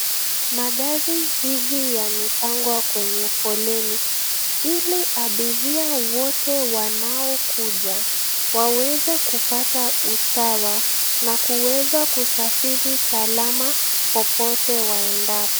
Magari hizi yamepangwa kwenye foleni ili abiria wote wanao kuja waweze kupata usawa na kuweza kusafiri salama popote waendapo.